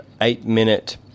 eight-minute